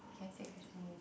can you say the question again